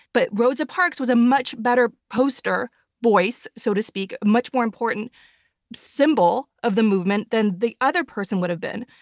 but rosa parks was a much better poster voice, so to speak, much more important symbol of the movement than the other person would have been.